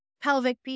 pelvic